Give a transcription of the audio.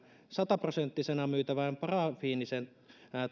sata prosenttisena myytävän parafiinisen